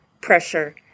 pressure